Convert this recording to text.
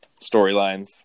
storylines